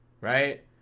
Right